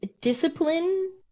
discipline